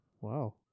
Wow